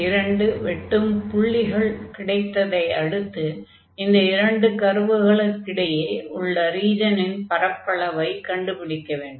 இரண்டு வெட்டும் புள்ளிகள் கிடைத்ததை அடுத்து இந்த இரண்டு கர்வுகளுக்கு இடையே உள்ள ரீஜனின் பரப்பளவைக் கண்டுபிடிக்க வேண்டும்